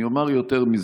אני אומר יותר מזה,